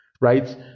Right